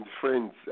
friends